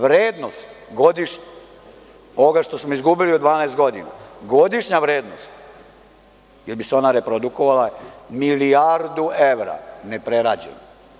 Vrednost godišnje ovoga što smo izgubili u 12 godina, godišnja vrednost, jer bi se ona reprodukovala, milijardu evra neprerađeno.